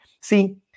See